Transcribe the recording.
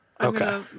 Okay